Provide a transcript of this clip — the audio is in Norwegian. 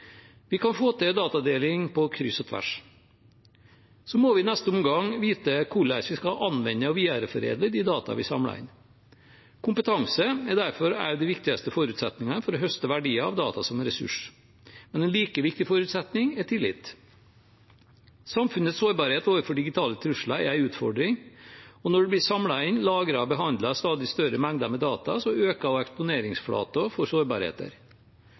Vi kan få til datadeling på kryss og tvers. Så må vi i neste omgang vite hvordan vi skal anvende og videreforedle de dataene vi samler inn. Kompetanse er derfor en av de viktigste forutsetningene for å høste verdier av data som ressurs, men en like viktig forutsetning er tillit. Samfunnets sårbarhet overfor digitale trusler er en utfordring, og når det blir samlet inn, lagret og behandlet stadig større mengder data, øker eksponeringsflaten for sårbarheter.